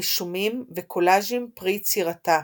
רישומים וקולאז'ים פרי יצירתה,